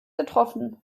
getroffen